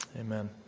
Amen